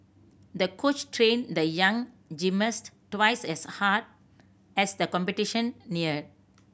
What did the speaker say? the coach trained the young gymnast twice as hard as the competition neared